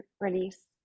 release